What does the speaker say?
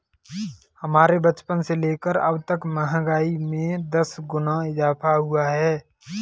हमारे बचपन से लेकर अबतक महंगाई में दस गुना इजाफा हुआ है